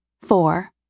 Four